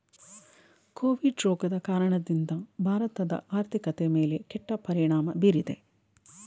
Covid ರೋಗದ ಕಾರಣದಿಂದ ಭಾರತದ ಆರ್ಥಿಕತೆಯ ಮೇಲೆ ಕೆಟ್ಟ ಪರಿಣಾಮ ಬೀರಿದೆ